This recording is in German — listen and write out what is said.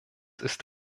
ist